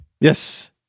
yes